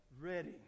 ready